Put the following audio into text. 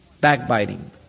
backbiting